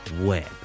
Web